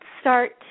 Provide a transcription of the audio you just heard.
start